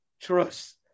trust